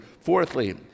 Fourthly